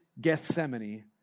Gethsemane